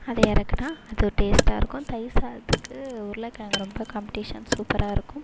அதை இறக்குனா அது ஒரு டேஸ்டாயிருக்கும் தயிர் சாத்துக்கு உருளக்கெழங்கு ரொம்ப காம்பினேஷன் சூப்பராயிருக்கும்